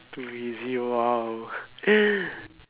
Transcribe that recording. easy !wow!